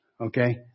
okay